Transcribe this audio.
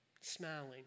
smiling